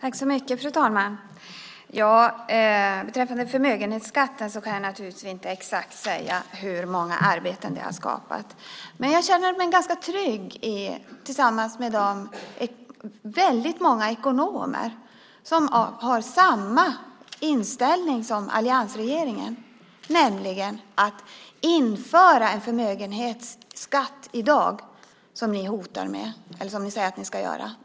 Fru talman! Beträffande slopandet av förmögenhetsskatten kan jag naturligtvis inte säga exakt hur många arbeten det har skapat. Men jag känner mig ganska trygg tillsammans med de väldigt många ekonomer som har samma inställning som alliansregeringen, nämligen att det vore förödande för svensk ekonomi i dag att införa en förmögenhetsskatt, som ni säger att ni ska göra.